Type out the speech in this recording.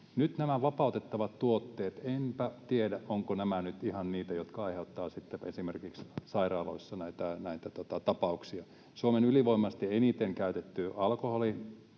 Nämä nyt vapautettavat tuotteet: Enpä tiedä, ovatko nämä nyt ihan niitä, jotka aiheuttavat sitten esimerkiksi sairaaloissa näitä tapauksia. Suomen ylivoimaisesti eniten käytetty alkoholi